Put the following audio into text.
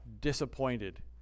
disappointed